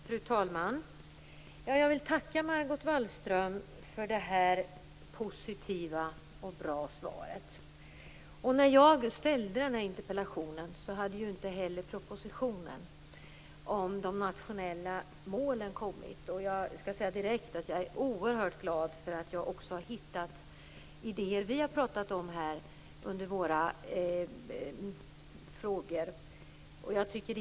Fru talman! Jag vill tacka Margot Wallström för det positiva och bra svaret. När jag framställde interpellationen hade inte propositionen om de nationella målen kommit. Jag är oerhört glad för att jag där har hittat idéer som vi har talat om här under våra frågedebatter.